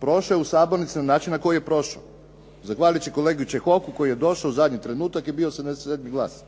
prošlo je u Sabornici na način na koji je prošao zahvaljujući kolegi Čehoku koji je došao u zadnji trenutak i bio 77. glas.